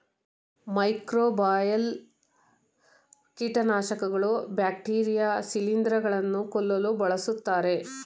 microbial ಕೀಟನಾಶಕಗಳು bacteria ಶಿಲಿಂದ್ರ ಗಳನ್ನು ಕೊಲ್ಲಲು ಬಳ್ಸತ್ತರೆ